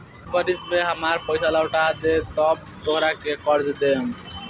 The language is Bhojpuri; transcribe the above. एक बरिस में हामार पइसा लौटा देबऽ त तोहरा के कर्जा दे देम